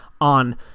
on